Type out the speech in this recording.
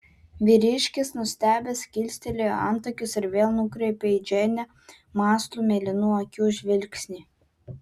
vyriškis nustebęs kilstelėjo antakius ir vėl nukreipė į džeinę mąslų mėlynų akių žvilgsnį